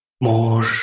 More